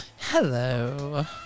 Hello